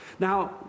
Now